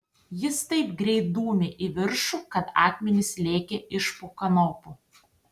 jis taip greit dūmė į viršų kad akmenys lėkė iš po kanopų